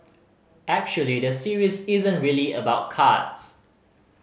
actually the series isn't really about cards